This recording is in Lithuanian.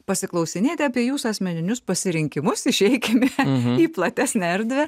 pasiklausinėti apie jūsų asmeninius pasirinkimus išeikime į platesnę erdvę